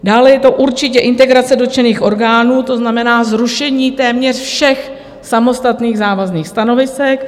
Dále je to určitě integrace dotčených orgánů, to znamená zrušení téměř všech samostatných závazných stanovisek.